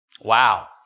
wow